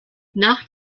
nach